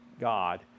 god